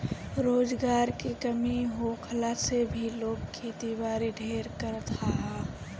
रोजगार के कमी होखला से भी लोग खेती बारी ढेर करत हअ